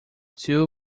too